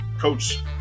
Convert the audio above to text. Coach